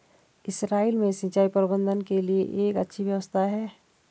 Israel में सिंचाई प्रबंधन के लिए एक अच्छी व्यवस्था है